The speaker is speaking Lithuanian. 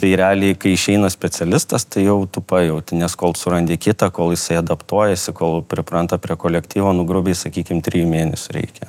tai realiai kai išeina specialistas tai jau tu pajauti nes kol surandi kitą kol jisai adaptuojasi kol pripranta prie kolektyvo nu grubiai sakykim trijų mėnesių reikia